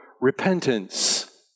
repentance